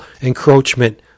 encroachment